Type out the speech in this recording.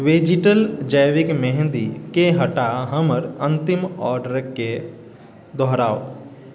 vegetal जैविक मेहंदीकेँ हटा हमर अन्तिम ऑर्डरकेँ दोहराउ